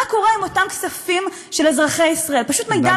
מה קורה עם אותם כספים של אזרחי ישראל.